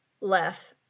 left